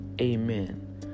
Amen